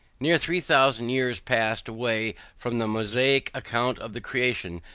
near three thousand years passed away from the mosaic account of the creation,